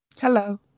Hello